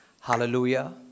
Hallelujah